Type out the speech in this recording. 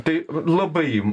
tai labai